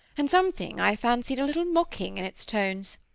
and something, i fancied, a little mocking in its tones.